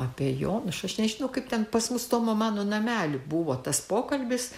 apie jo aš nežinau kaip ten pas mus tomo mano namely buvo tas pokalbis